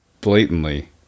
blatantly